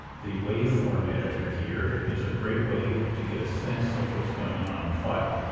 the waveform editor here is a great way to get a sense of what's going on in the file.